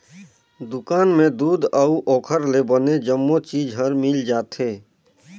दुकान में दूद अउ ओखर ले बने जम्मो चीज हर मिल जाथे